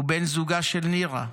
ובן זוגה של נירה,